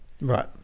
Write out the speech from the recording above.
Right